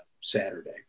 Saturday